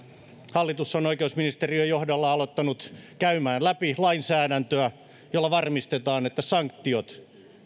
hallitus on oikeusministeriön johdolla alkanut käymään läpi lainsäädäntöä jolla varmistetaan että sanktiot